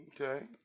Okay